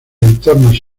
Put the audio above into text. entornos